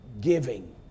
giving